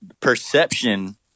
perception